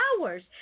hours